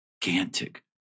gigantic